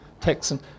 Texan